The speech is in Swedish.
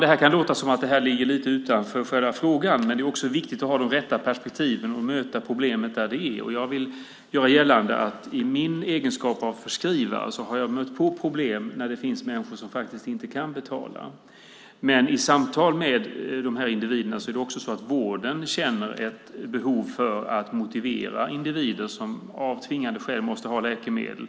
Det kan låta som att detta ligger lite utanför själva frågan, men det är också viktigt att ha de rätta perspektiven och möta problemet där det är. Jag vill göra gällande att jag i min egenskap av förskrivare har mött problem när det finns människor som faktiskt inte kan betala. I samtal med dessa individer känner vården ett behov att motivera dem som av tvingande skäl måste ha läkemedel.